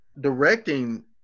directing